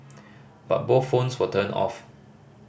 but both phones were turned off